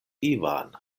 ivan